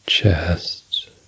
chest